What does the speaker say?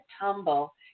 tumble